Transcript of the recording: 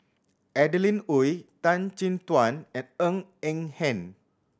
Adeline Ooi Tan Chin Tuan and Ng Eng Hen